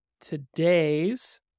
Today's